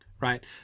right